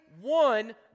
one